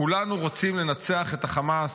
כולנו רוצים לנצח את החמאס.